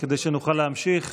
כדי שנוכל להמשיך.